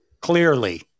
clearly